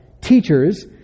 teachers